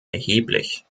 erheblich